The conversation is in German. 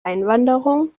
einwanderung